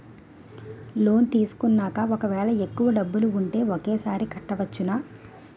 Loan తీసుకున్నాక ఒకవేళ ఎక్కువ డబ్బులు ఉంటే ఒకేసారి కట్టవచ్చున?